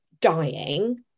dying